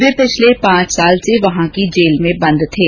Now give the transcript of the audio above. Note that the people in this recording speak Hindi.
वे पिछले पांच साल से वहां की जेल में बंद थे